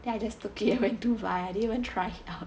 then I just took it and went to buy I didn't even try out